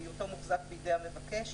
בהיותו מוחזק בידי המבקש,